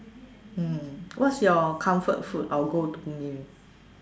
mm what's your comfort food or go to meal